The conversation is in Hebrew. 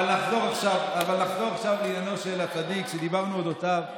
אבל נחזור עכשיו לעניינו של הצדיק שדיברנו על אודותיו.